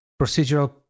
procedural